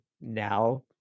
now